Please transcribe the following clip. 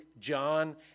John